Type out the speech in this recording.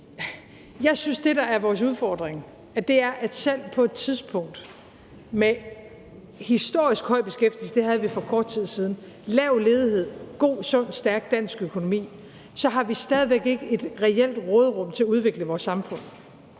jeg synes, at det, der er vores udfordring, er, at selv på et tidspunkt med historisk høj beskæftigelse – det havde vi for kort tid siden – lav ledighed og god, sund, stærk dansk økonomi har vi stadig væk ikke et reelt råderum til at udvikle vores samfund.